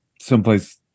someplace